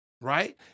Right